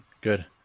good